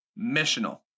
missional